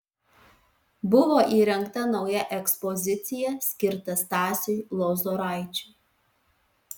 buvo įrengta nauja ekspozicija skirta stasiui lozoraičiui